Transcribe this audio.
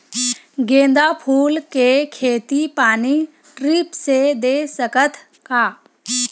गेंदा फूल के खेती पानी ड्रिप से दे सकथ का?